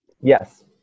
Yes